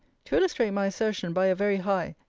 to illustrate my assertion by a very high,